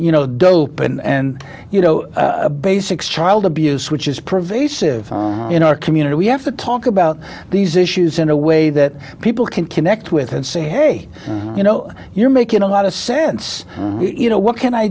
you know dope and you know basics child abuse which is prevail in our community we have to talk about these issues in a way that people can connect with and say hey you know you're making a lot of sense you know what can i